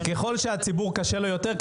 ככל שהציבור קשה לו יותר,